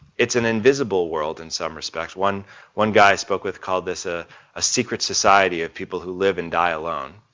it's an invisible world in some respects. one one guy i spoke with called this a secret society of people who live and die alone.